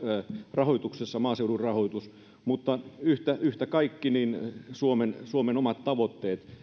rahoituksessa maaseudun rahoituksen mutta yhtä yhtä kaikki suomen suomen omat tavoitteet